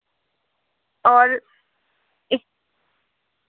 और